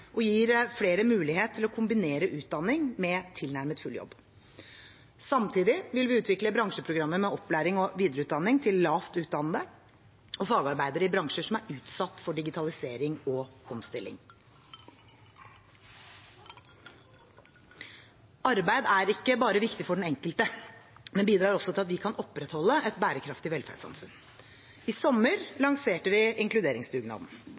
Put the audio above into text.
og bedrifter og næringsliv, og gir flere mulighet til å kombinere utdanning med tilnærmet full jobb. Samtidig vil vi utvikle bransjeprogrammer med opplæring og videreutdanning til lavt utdannede og fagarbeidere i bransjer som er utsatt for digitalisering og omstilling. Arbeid er ikke bare viktig for den enkelte, men bidrar også til at vi kan opprettholde et bærekraftig velferdssamfunn. I sommer lanserte vi inkluderingsdugnaden.